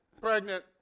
pregnant